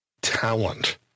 talent